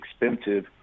expensive